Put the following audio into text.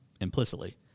implicitly